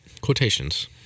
quotations